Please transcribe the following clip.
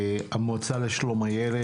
המועצה לשלום הילד.